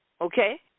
okay